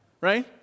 right